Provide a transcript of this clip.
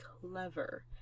clever